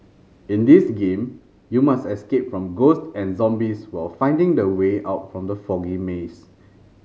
in this game you must escape from ghosts and zombies while finding the way out from the foggy maze